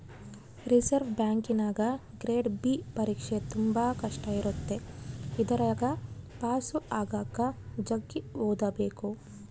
reserve ಬ್ಯಾಂಕಿನಗ grade B ಪರೀಕ್ಷೆ ತುಂಬಾ ಕಷ್ಟ ಇರುತ್ತೆ ಇದರಗ ಪಾಸು ಆಗಕ ಜಗ್ಗಿ ಓದಬೇಕು